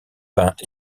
peint